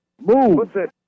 Move